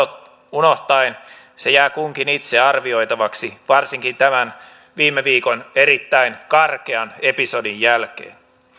unohtaen se jää kunkin itse arvioitavaksi varsinkin tämän viime viikon erittäin karkean episodin jälkeen